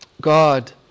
God